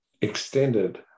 extended